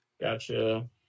gotcha